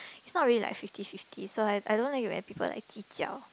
it's not really like fifty fifty so I so I don't like it when people like 计较